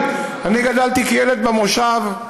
אני גדלתי כילד במושב.